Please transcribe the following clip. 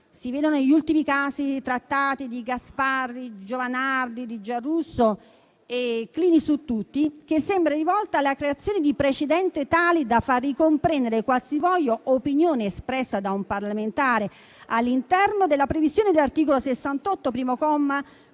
(si vedano gli ultimi casi trattati di Gasparri, Giovanardi, Giarrusso e Clini su tutti) che sembra rivolta alla creazione di precedenti tali da far ricomprendere qualsivoglia opinione espressa da un parlamentare all'interno della previsione dell'articolo 68,